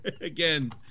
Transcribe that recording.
again